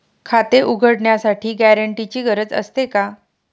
खाते उघडण्यासाठी गॅरेंटरची गरज असते का?